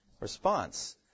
Response